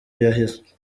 yaheze